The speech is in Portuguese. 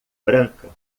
branca